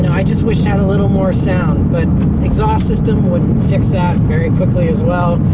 i just wish it had a little more sound, but exhaust system would fix that very quickly, as well.